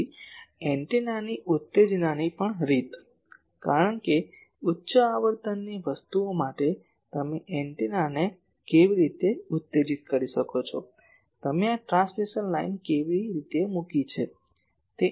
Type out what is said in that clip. પછી એન્ટેનાની ઉત્તેજનાની પણ રીત કારણ કે ઉચ્ચ આવર્તનની વસ્તુઓ માટે તમે એન્ટેનાને કેવી રીતે ઉત્તેજિત કરો છો તમે આ ટ્રાન્સમિશન લાઇન કેવી રીતે મૂકી છે